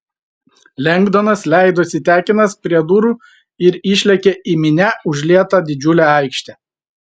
lengdonas leidosi tekinas prie durų ir išlėkė į minia užlietą didžiulę aikštę